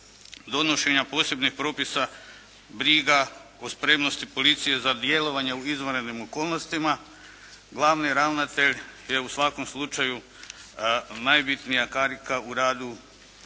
donošenja posebnih propisa, briga, o spremnosti policije za djelovanje u izvanrednim okolnostima, glavni ravnatelj je u svakom slučaju najbitnija karika u radu